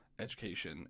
education